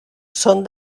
són